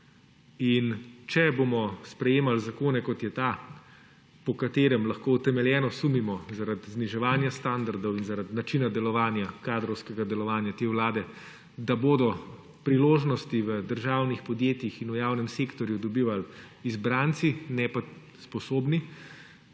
In če bomo sprejemali zakone, kot je ta, po katerem lahko utemeljeno sumimo, zaradi zniževanja standardov in zaradi načina delovanja, kadrovskega delovanja te Vlade, da bodo priložnosti v državnih podjetjih in v javnem sektorju dobivali izbranci, ne pa sposobni,